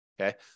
Okay